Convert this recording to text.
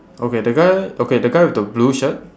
okay that guy okay that guy with the blue shirt